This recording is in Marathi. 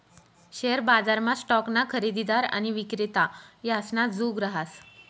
शेअर बजारमा स्टॉकना खरेदीदार आणि विक्रेता यासना जुग रहास